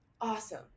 awesome